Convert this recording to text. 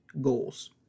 goals